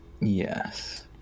Yes